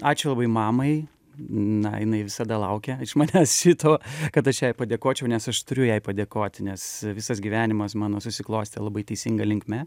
ačiū labai mamai na jinai visada laukia iš manęs šito kad aš jai padėkočiau nes aš turiu jai padėkoti nes visas gyvenimas mano susiklostė labai teisinga linkme